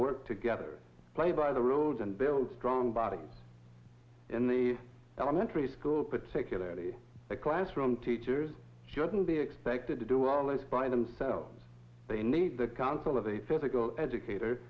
work together play by the rules and build strong bodies in the elementary school particularly the classroom teachers shouldn't be expected to do all this by themselves they need the counsel of the physical educator